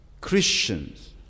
Christians